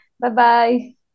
Bye-bye